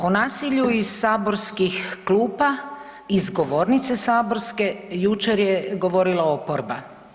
O nasilju iz saborskih klupa i s govornice saborske jučer je govorila oporba.